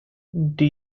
dod